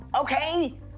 okay